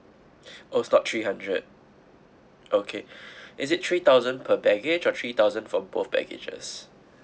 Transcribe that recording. oh it's not three hundred okay is it three thousand per baggage or three thousand for both baggages